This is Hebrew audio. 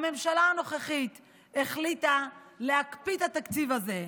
הממשלה הנוכחית החליטה להקפיא את התקציב הזה.